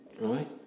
right